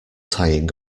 tying